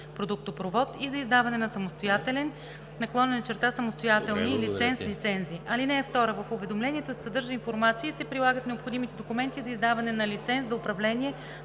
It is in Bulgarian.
нефтопродуктопровод и за издаване на самостоятелен/самостоятелни лиценз/лицензи. (2) В уведомлението се съдържа информация и се прилагат необходимите документи за издаване на лиценз за управление